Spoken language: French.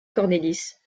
cornelis